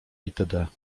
itd